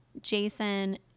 Jason